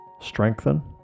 strengthen